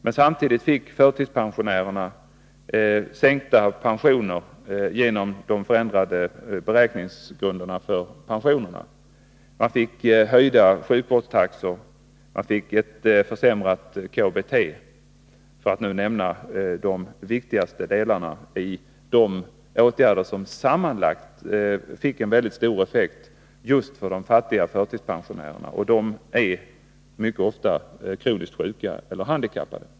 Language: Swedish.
Men samtidigt fick förtidspensionärerna sänkta pensioner genom de förändrade beräkningsgrunderna för pensionerna. De fick höjda sjukvårdstaxor, ett försämrat KBT, för att nu nämna de viktigaste delarna av de åtgärder som sammanlagt fick en väldigt stor effekt just för de fattiga förtidspensionärerna. Och de är mycket ofta kroniskt sjuka eller handikappade.